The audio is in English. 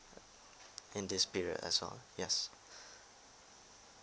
in this period as well yes